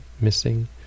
missing